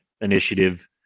initiative